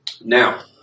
Now